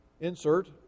insert